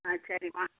ஆ சரிம்மா